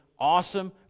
Awesome